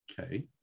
Okay